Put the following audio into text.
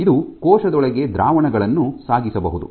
ಇದು ಕೋಶದೊಳಗೆ ದ್ರಾವಣಗಳನ್ನು ಸಾಗಿಸಬಹುದು